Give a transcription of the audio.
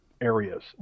areas